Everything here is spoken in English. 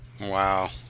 Wow